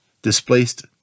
displaced